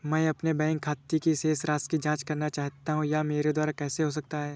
मैं अपने बैंक खाते की शेष राशि की जाँच करना चाहता हूँ यह मेरे द्वारा कैसे हो सकता है?